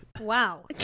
Wow